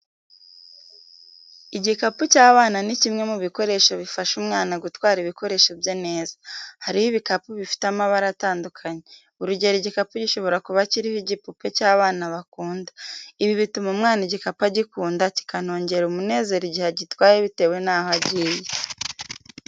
Igikapu cy'abana ni kimwe mu bikoresho bifasha umwana gutwara ibikoresho bye neza. Hariho ibikapu bifite amabara atandukanye, urugero igikapu gishobora kuba kiriho igipupe cy'abana bakunda. Ibi bituma umwana igikapu agikunda kikanongera umunezero igihe agitwaye bitewe naho agiye.